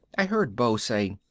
i heard beau say,